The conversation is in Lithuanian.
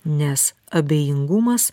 nes abejingumas